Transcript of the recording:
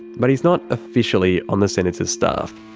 but he's not officially on the senator's staff.